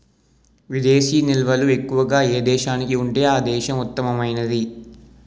విదేశీ నిల్వలు ఎక్కువగా ఏ దేశానికి ఉంటే ఆ దేశం ఉత్తమమైనది